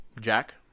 Jack